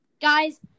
guys